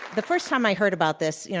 the first time i heard about this, yeah